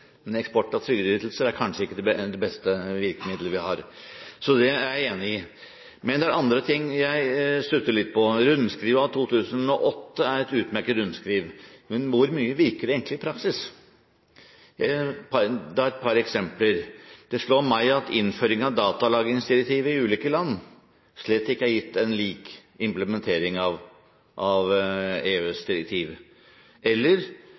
jeg enig i. Men det er andre ting jeg stusser litt på. Rundskrivet av 2008 er et utmerket rundskriv, men hvor mye virker det egentlig i praksis? Her er et par eksempler: Det slår meg at innføring av datalagringsdirektivet i ulike land slett ikke er gitt en lik implementering av EØS-direktiv, og innføring av